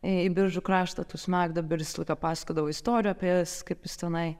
į biržų kraštą tų smegduobių ir jis visą laiką pasakodavo istorijų apie jas kaip jis tenai